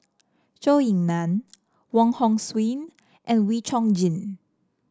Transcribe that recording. Zhou Ying Nan Wong Hong Suen and Wee Chong Jin